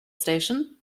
station